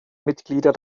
mitglieder